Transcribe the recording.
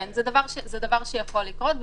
כן, זה דבר שיכול לקרות.